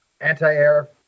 anti-air